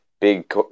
big